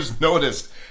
noticed